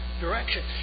direction